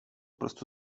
prostu